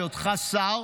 היותך שר,